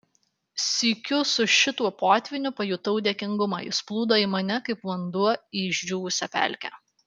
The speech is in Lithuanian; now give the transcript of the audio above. sykiu su šituo potvyniu pajutau dėkingumą jis plūdo į mane kaip vanduo į išdžiūvusią pelkę